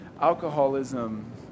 alcoholism